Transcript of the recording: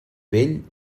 vell